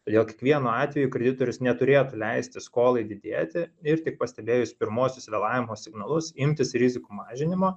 todėl kiekvienu atveju kreditorius neturėtų leisti skolai didėti ir tik pastebėjus pirmuosius vėlavimo signalus imtis rizikų mažinimo